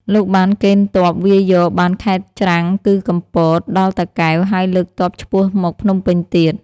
លោកបានកេណ្ឌទ័ពវាយយកបានខេត្តច្រាំង គឺកំពត ដល់ តាកែវ ហើយលើកទ័ពឆ្ពោះមកភ្នំពេញទៀត។